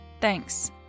Thanks